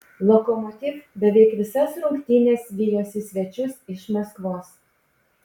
lokomotiv beveik visas rungtynes vijosi svečius iš maskvos